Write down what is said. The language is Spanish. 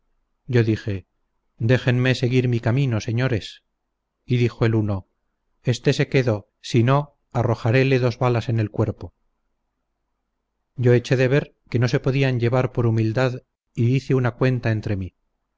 yo dije déjenme seguir mi camino señores y dijo el uno estése quedo sino arrojarele dos balas en el cuerpo yo eché de ver que no se podían llevar por humildad y hice una cuenta entre mí